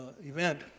event